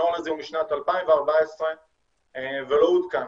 הנוהל הזה הוא משנת 2014 ולא עודכן.